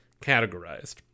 categorized